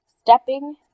Stepping